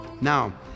Now